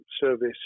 service